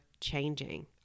changing